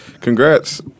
Congrats